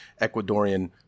Ecuadorian